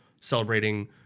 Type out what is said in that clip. celebrating